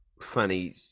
funny